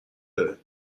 داره